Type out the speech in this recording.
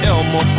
Elmo